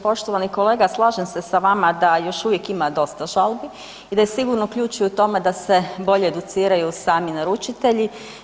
Poštovani kolega, slažem se sa vama da još uvijek ima dosta žalbi i da je sigurno ključ i u tome da se bolje educiraju sami naručitelji.